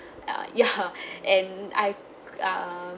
uh yeah and I err